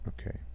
Okay